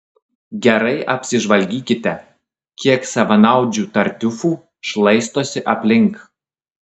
gerai apsižvalgykite kiek savanaudžių tartiufų šlaistosi aplink